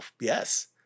yes